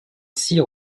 cyr